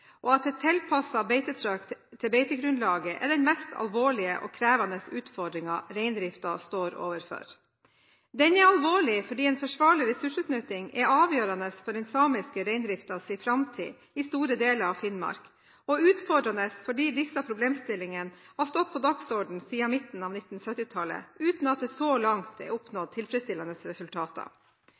og at et tilpasset beitetrykk til beitegrunnlaget er den mest alvorlige og krevende utfordringen reindriften står overfor. Den er alvorlig fordi en forsvarlig ressursutnytting er avgjørende for den samiske reindriftens framtid i store deler av Finnmark, og det er utfordrende fordi disse problemstillingene har stått på dagsordenen siden midten av 1970-tallet uten at det så langt er oppnådd tilfredsstillende resultater.